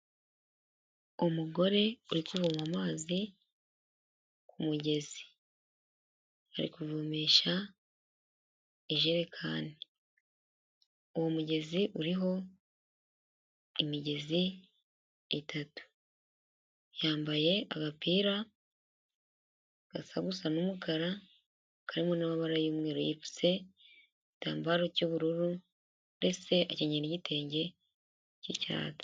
Umugore uri kuvoma amazi ku mugezi. Ari kuvomesha ijerekani. Uwo mugezi uriho imigezi itatu. Yambaye agapira gasa gusa n'umukara, karimo n'amabara y'umweru, yipfutse igitambaro cy'ubururu ndetse akenyeye n'igitenge cy'icyatsi.